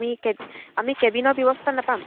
আমি কে আমি কেবিনৰ ব্যৱস্থা নাপাম